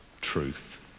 truth